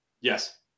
Yes